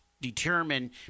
determine